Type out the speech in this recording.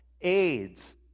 AIDS